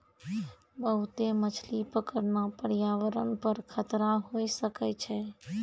बहुते मछली पकड़ना प्रयावरण पर खतरा होय सकै छै